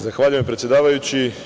Zahvaljujem predsedavajući.